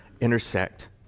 intersect